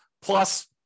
Plus